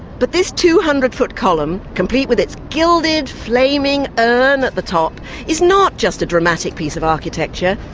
but this two hundred foot column, complete with its gilded flaming urn at the top is not just a dramatic piece of architecture,